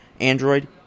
Android